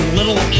little